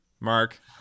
Mark